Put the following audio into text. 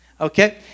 okay